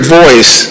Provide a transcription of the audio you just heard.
voice